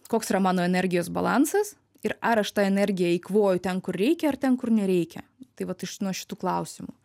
koks yra mano energijos balansas ir ar aš tą energiją eikvoju ten kur reikia ar ten kur nereikia tai vat iš nuo šitų klausimų